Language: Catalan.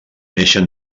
néixer